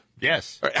Yes